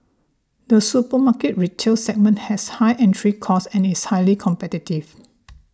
the supermarket retail segment has high entry costs and is highly competitive